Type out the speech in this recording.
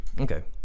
Okay